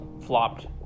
flopped